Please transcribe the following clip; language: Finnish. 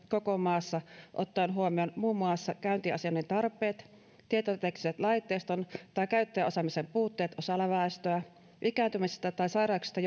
koko maassa ottaen huomioon muun muassa käyntiasioinnin tarpeet tietoteknisen laitteiston tai käyttäjäosaamisen puutteet osalla väestöä ikääntymisestä tai sairauksista